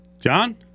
John